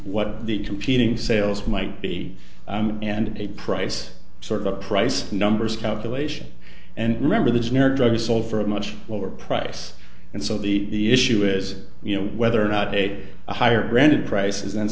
what the competing sales might be and a price sort of a price numbers calculation and remember this near drugs sold for a much lower price and so the issue is you know whether or not a higher granted price